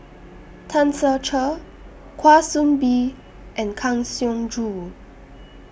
Tan Ser Cher Kwa Soon Bee and Kang Siong Joo